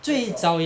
还早 ah